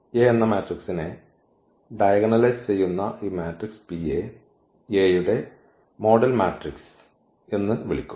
A നെ diagonalise ചെയ്യുന്ന ഈ മാട്രിക്സ് P യെ A യുടെ മോഡൽ മാട്രിക്സ് എന്ന് വിളിക്കും